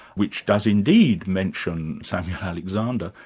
which does indeed mention samuel alexander,